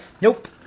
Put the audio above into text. Nope